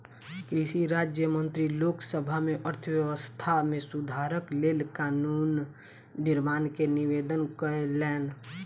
कृषि राज्य मंत्री लोक सभा में अर्थव्यवस्था में सुधारक लेल कानून निर्माण के निवेदन कयलैन